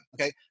Okay